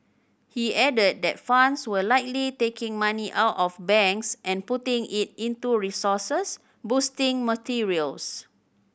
he added that funds were likely taking money out of banks and putting it into resources boosting materials